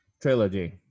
Trilogy